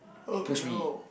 oh no